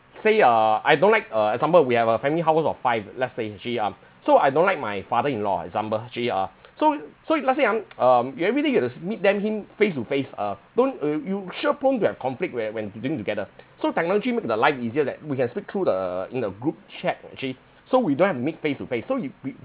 say uh I don't like uh example we have a family house of five let's say actually um so I don't like my father-in-law example actually uh so so if let's say I'm um if everyday you have to meet them him face-to-face uh don't uh you sure prone to have conflict where when you doing together so technology make the life easier that we can speak through the in a group chat actually so we don't have to meet face-to-face so we we